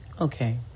Okay